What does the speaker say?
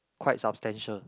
quite substantial